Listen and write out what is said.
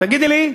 תגידי לי,